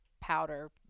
powder